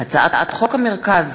הצעת חוק המרכז